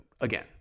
Again